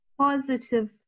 positive